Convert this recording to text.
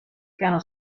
piano